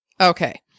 Okay